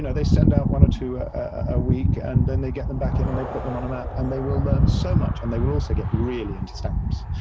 they send out one or two a week, and then they get them back in, and they put them on a map, and they will learn so much. and they will also get really into stamps,